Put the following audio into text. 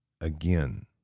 again